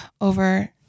over